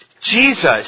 Jesus